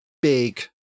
big